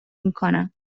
میکنم